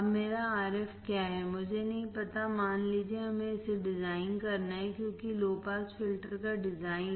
अब मेरा Rf क्या है मुझे नहीं पता मान लीजिए हमें इसे डिजाइन करना है क्योंकि लो पास फिल्टर का डिज़ाइन